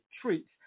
treats